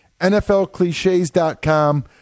NFLcliches.com